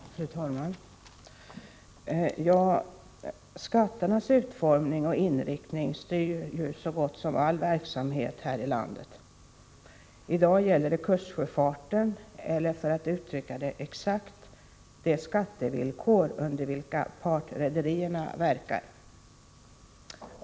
Fru talman! Skatternas utformning och inriktning styr ju så gott som all verksamhet här i landet. I dag gäller det kustsjöfarten — eller för att uttrycka det exakt: de skattevillkor under vilka partrederierna verkar.